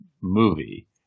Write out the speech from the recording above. movie